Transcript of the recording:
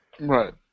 Right